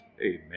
Amen